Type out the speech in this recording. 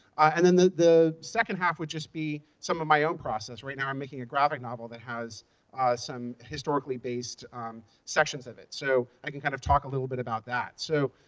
and then the second half would just be some of my own process. right now, i'm making a graphic novel that has some historically based sections of it. so i can kind of talk a little bit about that. so